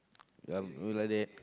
ya we're like that